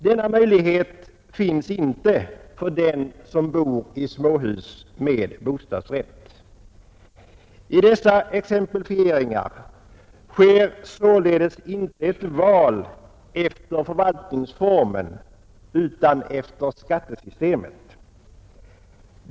Denna möjlighet finns inte för dem som bor i småhus med bostadsrätt. I dessa exemplifieringar sker således inte ett val efter förvaltningsformen utan efter skattesystemet.